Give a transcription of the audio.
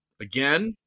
Again